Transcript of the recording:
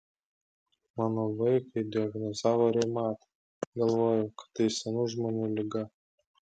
mano vaikui diagnozavo reumatą galvojau kad tai senų žmonių liga